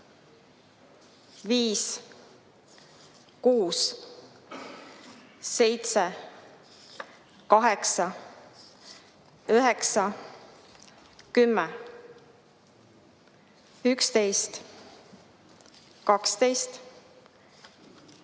5, 6, 7, 8, 9, 10, 11, 12, 13,